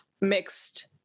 mixed